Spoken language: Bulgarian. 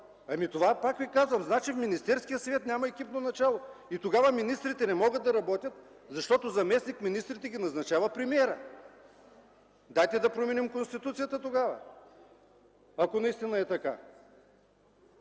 това, пак ви казвам, значи, че в Министерския съвет няма екипно начало и тогава министрите не могат да работят, защото заместник-министрите ги назначава премиерът. Дайте да променим Конституцията тогава, ако наистина е така!